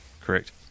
Correct